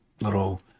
little